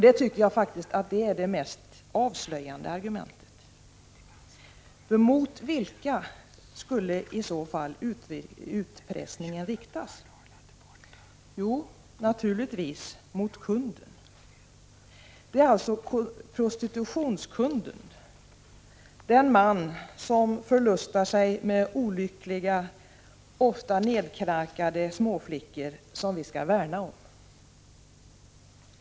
Det tycker jag faktiskt är det mest avslöjande argumentet — för mot vem skulle i så fall utpressningen riktas? Jo, naturligtvis mot kunden. Det är alltså prostitutionskunden, den man som förlustar sig med olyckliga, ofta nedknarkade småflickor, som vi skall värna om.